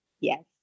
Yes